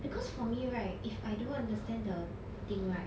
because for me right if I don't understand the thing right